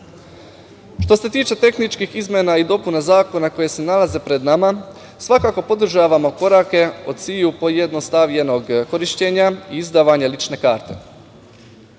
se tiče tehničkih izmena i dopuna zakona koji se nalaze pred nama, svakako podržavamo korake od sviju pojednostavljenog korišćenja i izdavanja lične karte.